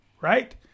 Right